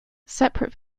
separate